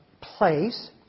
place